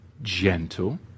Gentle